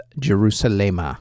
Jerusalem